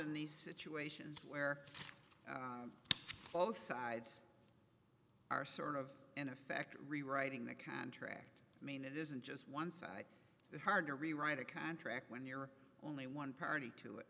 in these situations where all sides are sort of in effect rewriting the contract i mean it isn't just one side it's hard to rewrite a contract when you're only one party to it